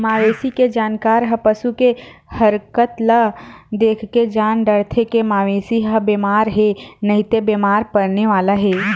मवेशी के जानकार ह पसू के हरकत ल देखके जान डारथे के मवेशी ह बेमार हे नइते बेमार परने वाला हे